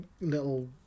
little